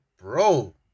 bro